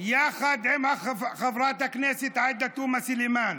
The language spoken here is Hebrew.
יחד עם חברת הכנסת עאידה תומא סלימאן,